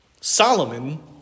Solomon